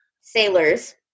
sailors